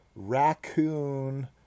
Raccoon